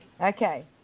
okay